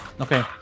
Okay